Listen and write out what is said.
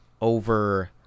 over